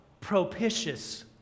propitious